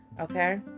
Okay